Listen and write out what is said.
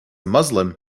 muslim